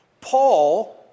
Paul